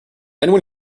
anyone